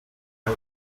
ein